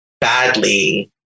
badly